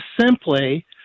simply